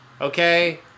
okay